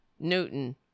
Newton